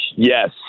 Yes